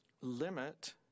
limit